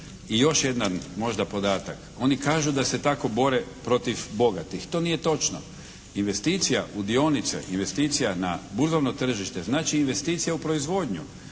I još jedan možda podatak. Oni kažu da se tako bore protiv bogatih. To nije točno. Investicija u dionice, investicije na burzovno tržište znači investicija u proizvodnju,